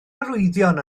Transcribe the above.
arwyddion